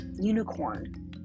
unicorn